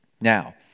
Now